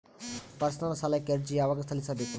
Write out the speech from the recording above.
Personal ಸಾಲಕ್ಕೆ ಅರ್ಜಿ ಯವಾಗ ಸಲ್ಲಿಸಬೇಕು?